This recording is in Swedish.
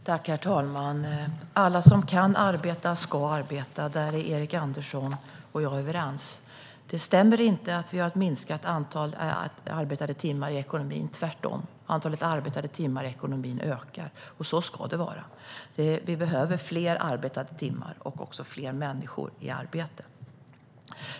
Herr talman! Alla som kan arbeta ska arbeta. Där är Erik Andersson och jag överens. Det stämmer inte att vi har ett minskat antal arbetade timmar i ekonomin - tvärtom. Antalet arbetade timmar i ekonomin ökar, och så ska det vara. Vi behöver fler arbetade timmar och också fler människor i arbete.